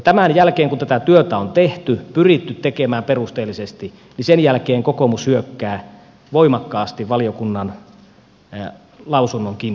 tämän jälkeen kun tätä työtä on tehty pyritty tekemään perusteellisesti kokoomus hyökkää voimakkaasti valiokunnan lausunnon kimppuun